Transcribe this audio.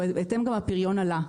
ובהתאם גם הפריון עלה.